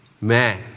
man